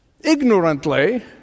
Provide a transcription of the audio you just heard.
ignorantly